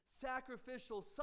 sacrificial